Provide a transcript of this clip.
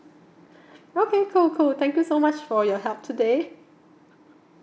okay cool cool thank you so much for your help today